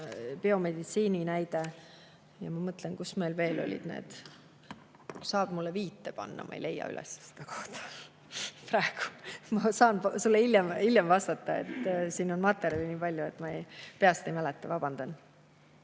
biomeditsiini näide. Ma mõtlen, kus meil veel olid need. Saad mulle viite panna? Ma ei leia üles seda kohta praegu. (Naerab.) Ma saan sulle hiljem vastata. Siin on materjali nii palju, et ma peast ei mäleta. Vabandan.